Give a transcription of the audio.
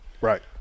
Right